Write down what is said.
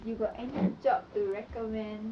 you got any job to recommend